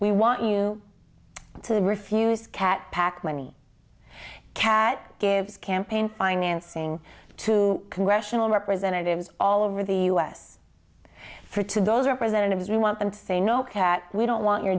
we want you to refuse cat pac money cat gives campaign financing to congressional representatives all over the us for to those representatives we want them to say no cat we don't want your